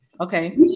Okay